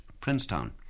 Princeton